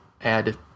add